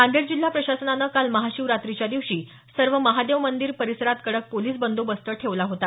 नांदेड जिल्हा प्रशासनानं काल महाशिवरात्रीच्या दिवशी सर्व महादेव मंदिर परिसरात कडक पोलिस बंदोबस्त ठेवला होता